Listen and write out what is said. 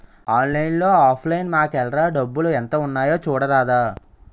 ఆన్లైన్లో offline మాకేఏల్రా డబ్బులు ఎంత ఉన్నాయి చూడరాదా